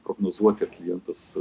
prognozuoti ar klientas